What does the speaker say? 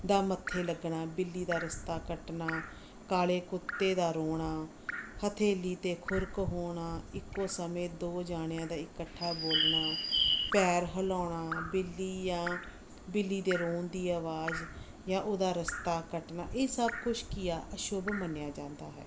ਦਾ ਮੱਥੇ ਲੱਗਣਾ ਬਿੱਲੀ ਦਾ ਰਸਤਾ ਕੱਟਣਾ ਕਾਲੇ ਕੁੱਤੇ ਦਾ ਰੋਣਾ ਹਥੇਲੀ 'ਤੇ ਖੁਰਕ ਹੋਣਾ ਇੱਕੋ ਸਮੇਂ ਦੋ ਜਣਿਆਂ ਦਾ ਇਕੱਠਾ ਬੋਲਣਾ ਪੈਰ ਹਿਲਾਉਣਾ ਬਿੱਲੀ ਜਾਂ ਬਿੱਲੀ ਦੇ ਰੋਣ ਦੀ ਆਵਾਜ਼ ਜਾਂ ਉਹਦਾ ਰਸਤਾ ਕੱਟਣਾ ਇਹ ਸਭ ਕੁਝ ਕੀ ਆ ਅਸ਼ੁੱਭ ਮੰਨਿਆ ਜਾਂਦਾ ਹੈ